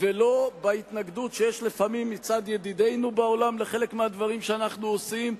ולא בהתנגדות שיש לפעמים מצד ידידינו בעולם לחלק מהדברים שאנחנו עושים,